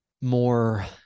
more